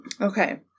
Okay